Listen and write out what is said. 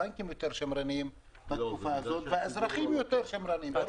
הבנקים יותר שמרנים בתקופה הזאת והאזרחים יותר שמרנים.